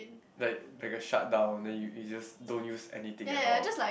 like like a shut down then you you just don't use anything at all